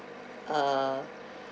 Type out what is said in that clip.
uh